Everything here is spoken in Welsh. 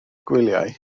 gwyliau